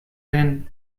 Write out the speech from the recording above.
denn